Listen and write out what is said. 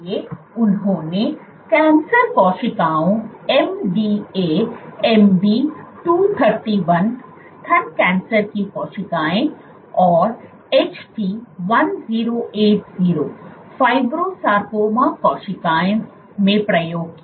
इसलिए उन्होंने कैंसर कोशिकाओं MDA MB 231 स्तन कैंसर की कोशिकाओं और HT 1080 फाइब्रोसारकोमा कोशिकाओं में प्रयोग किया